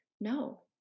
no